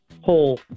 hole